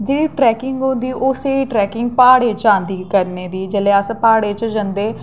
जेह्ड़ी ट्रैकिंग होंदी ओह् स्हेई ट्रैकिंग प्हाड़ें च आंदी करने दी जेल्लै अस प्हाड़ें च जंदे